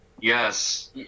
Yes